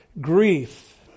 Grief